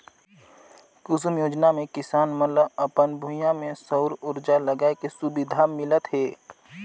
कुसुम योजना मे किसान मन ल अपन भूइयां में सउर उरजा लगाए के सुबिधा मिलत हे